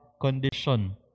condition